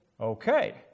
Okay